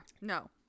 no